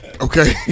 Okay